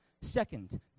Second